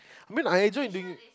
I mean I enjoy doing